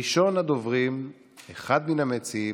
מס' 424,